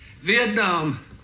Vietnam